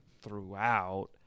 throughout